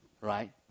Right